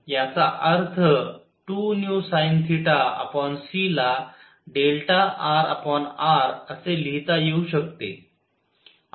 याचा अर्थ 2vsinθc ला rrअसे लिहिता येऊ शकते